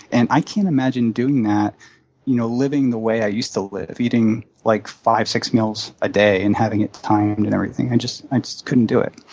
and i can't imagine doing that you know living the way i used to live, eating like five, six meals a day and having it timed and everything. i just i just couldn't do it.